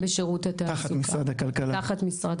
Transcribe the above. תחת משרד